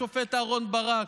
השופט אהרן ברק,